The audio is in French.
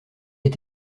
est